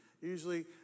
Usually